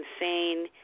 insane